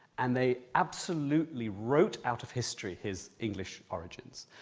and they absolutely wrote out of history his english origins.